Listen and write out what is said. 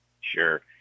Sure